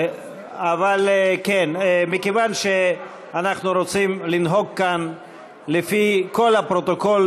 אבל מכיוון שאנחנו רוצים לנהוג כאן לפי כל הפרוטוקול